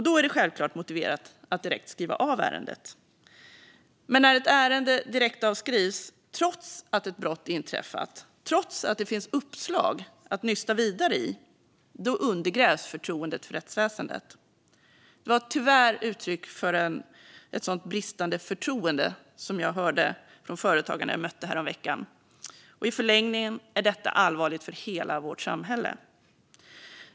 Då är det självklart motiverat att direkt skriva av ärendet. Men när ett ärende direktavskrivs trots att ett brott inträffat och trots att det finns uppslag att nysta vidare i, då undergrävs förtroendet för rättsväsendet. Det var tyvärr uttryck för ett sådant bristande förtroende som jag hörde från företagarna jag mötte häromveckan. I förlängningen är detta allvarligt för hela vårt samhälle.